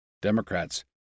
Democrats